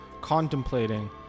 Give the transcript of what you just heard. contemplating